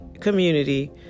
community